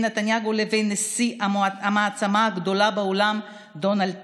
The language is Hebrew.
נתניהו לבין נשיא המעצמה הגדולה בעולם דונלד טראמפ.